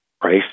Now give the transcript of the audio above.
price